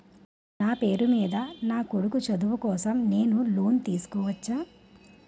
నా పేరు మీద నా కొడుకు చదువు కోసం నేను లోన్ తీసుకోవచ్చా?